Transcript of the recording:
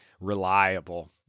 reliable